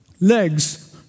legs